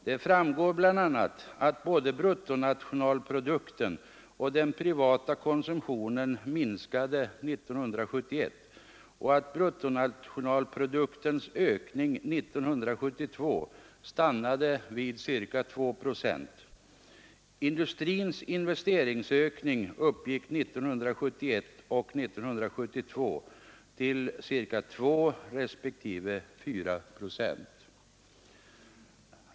Det framgår bl.a. att både bruttonationalprodukten och den privata konsumtionen minskade 1971 och att bruttonationalproduktens ökning 1972 stannade vid ca 2 procent. Industrins investeringsökning uppgick 1971 och 1972 till ca 2 respektive 4 procent.